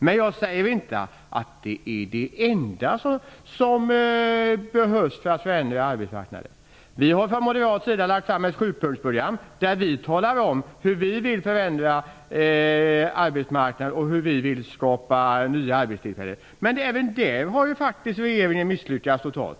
Men jag säger ju inte att en ändring i arbetsrätten är det enda som behövs för att förändra arbetsmarknaden. Vi har från moderat sida lagt fram ett sjupunktsprogram, där vi talar om hur vi vill förändra arbetsmarknaden och skapa nya arbetstillfällen. Men även med detta har faktiskt regeringen misslyckats totalt.